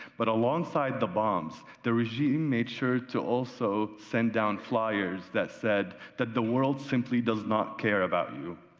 but alongside the bombs the regime made sure to also send down fliers that said that the world simply does not care about you,